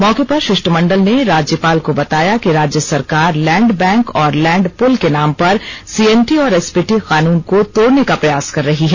मौके पर शिष्टमंडल ने राज्यपाल को बताया कि राज्य सरकार लैंड बैंक और लैंड पूल के नाम पर सीएनटी औरएसपीटी कानून को तोड़ने का प्रयास कर रही है